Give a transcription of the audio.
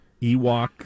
Ewok